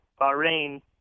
Bahrain